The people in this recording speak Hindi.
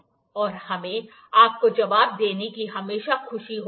और हमें आपको जवाब देने में हमेशा खुशी होती है